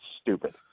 stupid